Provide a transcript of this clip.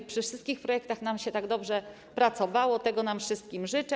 By przy wszystkich projektach nam się tak dobrze pracowało - tego nam wszystkim życzę.